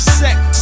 sex